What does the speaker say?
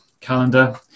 calendar